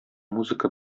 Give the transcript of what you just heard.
музыка